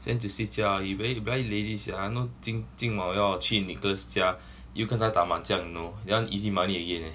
plan to 睡觉 ah you very bloody lazy sia you know 今今今晚要去 nicholas 家有可能打麻将 you know that one easy money again